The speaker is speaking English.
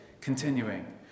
continuing